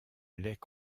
allait